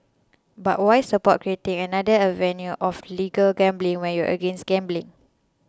but why support creating another avenue of legal gambling when you're against gambling